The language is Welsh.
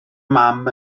mam